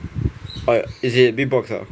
oh is it big box ah